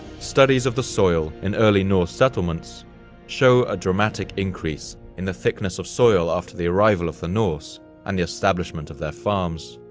studies of the soil in early north settlements show a dramatic increase in the thickness of soil after the arrival of the norse and the establishment of their farms.